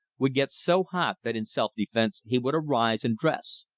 would get so hot that in self-defense he would arise and dress.